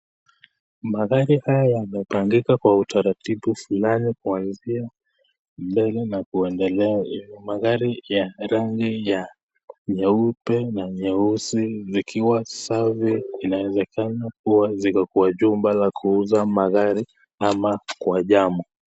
Magari haya yamepangika katika utaratibu fulani kuanzia mbele na kuendelea nyuma. Ni magari ya rangi ya nyeupe na nyeusi zikiwa safi. Inawezekana kua ziko kwa jumba la kuuza magari ama kwa jamu.